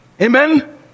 Amen